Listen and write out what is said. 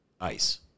ice